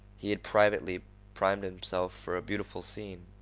he had privately primed himself for a beautiful scene.